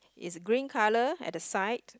is green colour at the side